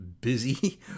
busy